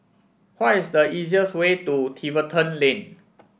why is the easiest way to Tiverton Lane